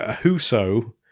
whoso